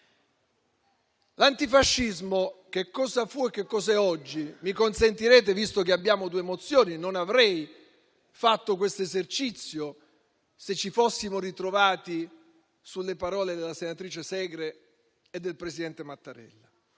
L'antifascismo, cosa fu e che cos'è oggi, mi consentirete, visto che abbiamo due mozioni - non avrei fatto questo esercizio se ci fossimo ritrovati sulle parole della senatrice Segre e del presidente Mattarella